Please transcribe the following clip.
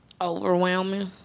Overwhelming